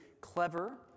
clever